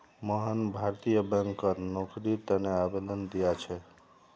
मोहन भारतीय बैंकत नौकरीर तने आवेदन दिया छे